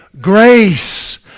grace